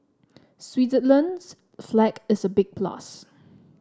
Switzerland's flag is a big plus